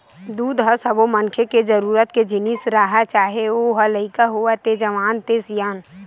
दूद ह सब्बो मनखे के जरूरत के जिनिस हरय चाहे ओ ह लइका होवय ते जवान ते सियान